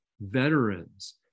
veterans